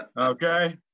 Okay